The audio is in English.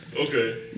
Okay